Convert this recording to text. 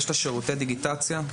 יש את שירותי הדיגיטציה,